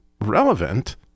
relevant